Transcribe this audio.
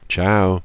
Ciao